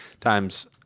times